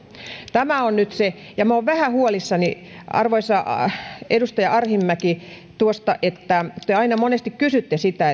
tämä on nyt se ja minä olen vähän huolissani arvoisa edustaja arhinmäki tuosta että te aina monesti kysytte sitä